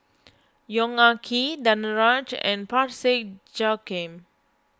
Yong Ah Kee Danaraj and Parsick Joaquim